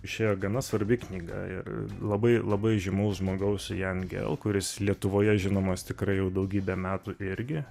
išėjo gana svarbi knyga ir labai labai žymaus žmogaus jangel kuris lietuvoje žinomas tikrai jau daugybę metų irgi